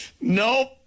Nope